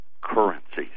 Currencies